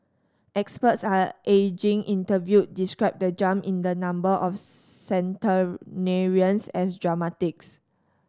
experts are ageing interviewed described the jump in the number of centenarians as dramatic